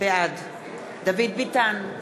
בעד דוד ביטן,